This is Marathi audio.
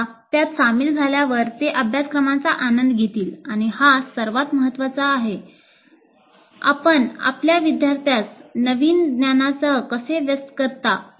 एकदा त्यात सामील झाल्यावर ते अभ्यासक्रमाचा आनंद घेतील आणि हा सर्वात महत्वाचा आहे आपण आपल्या विद्यार्थ्यास नवीन ज्ञानासह कसे व्यस्त करता